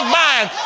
mind